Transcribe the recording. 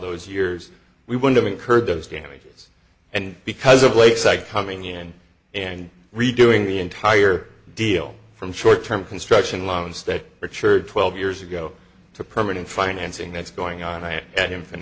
those years we would have incurred those damages and because of lakeside coming in and redoing the entire deal from short term construction loans that richard twelve years ago to permanent financing that's going on and him